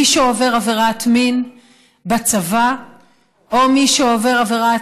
מי שעובר עבירת מין בצבא או מי שעובר עבירת